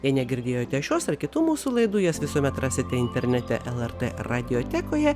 jei negirdėjote šios ar kitų mūsų laidų jas visuomet rasite internete lrt radiotekoje